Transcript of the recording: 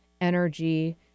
energy